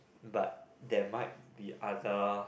but there might be other